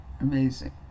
amazing